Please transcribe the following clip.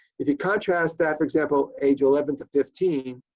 if you contrast that for example, age eleven to fifteen,